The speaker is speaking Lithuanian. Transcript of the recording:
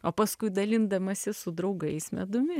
o paskui dalindamasi su draugais medumi